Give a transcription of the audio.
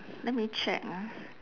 let me check ah